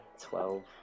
Twelve